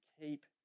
keep